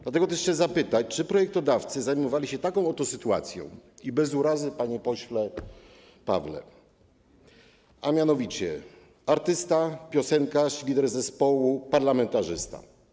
Dlatego też chcę zapytać, czy projektodawcy zajmowali się taką oto sytuacją - i bez urazy panie pośle Pawle: jest mianowicie artysta, piosenkarz, lider zespołu, parlamentarzysta.